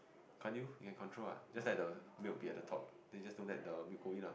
can't you you can control what just let the milk be at the top then you just don't let the milk go in lah